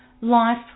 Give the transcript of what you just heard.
life